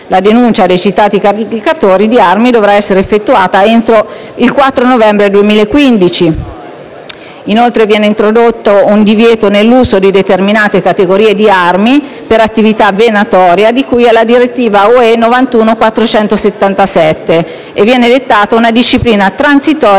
La denuncia dei citati caricatori di armi dovrà essere effettuata entro il 4 novembre 2015. Inoltre, viene introdotto un divieto un divieto nell'uso di determinate categorie di armi per attività venatoria di cui alla direttiva UE 91/477 e viene dettata una disciplina transitoria